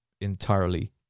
entirely